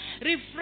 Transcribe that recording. Refresh